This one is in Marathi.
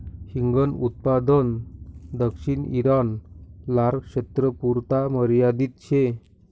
हिंगन उत्पादन दक्षिण ईरान, लारक्षेत्रपुरता मर्यादित शे